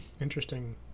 Interesting